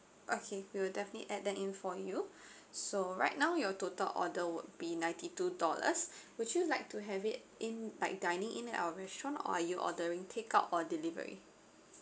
okay we will definitely add that in for you so right now your total order would be ninety two dollars would you like to have it in like dining in at our restaurant or are you ordering takeout or delivery